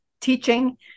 teaching